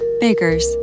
Baker's